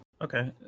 Okay